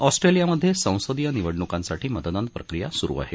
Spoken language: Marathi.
ऑस्ट्रलिया मधे संसदिय निवडणुकांसाठी मतदान प्रक्रिया सुरु आहे